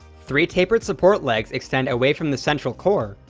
three tapered support legs extend away from the central core,